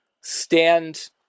stand